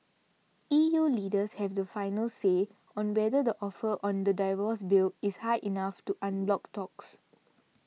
E U leaders have the final say on whether the offer on the divorce bill is high enough to unblock talks